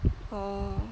orh